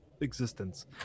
existence